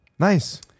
Nice